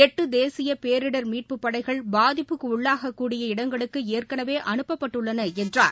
எட்டு தேசிய பேரிடர் மீட்புப் படைகள் பாதிப்புக்கு உள்ளாகக்கூடிய இடங்களுக்கு ஏற்கனவே அனுப்பப்பட்டுள்ளன என்றார்